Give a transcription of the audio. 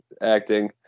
acting